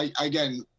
again